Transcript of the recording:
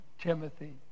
Timothy